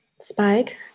Spike